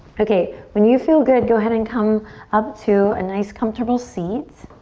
okay, when you feel good go ahead and come up to a nice comfortable seat.